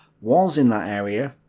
was in that area,